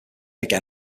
again